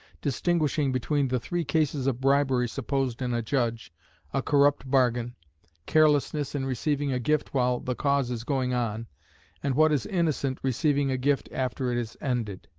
distinguishing between the three cases of bribery supposed in a judge a corrupt bargain carelessness in receiving a gift while the cause is going on and, what is innocent, receiving a gift after it is ended.